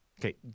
Okay